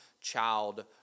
child